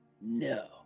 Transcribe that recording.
No